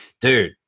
Dude